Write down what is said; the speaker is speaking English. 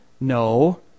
No